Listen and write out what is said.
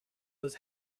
was